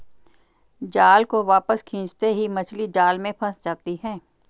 जाल को वापस खींचते ही मछली जाल में फंस जाती है